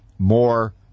more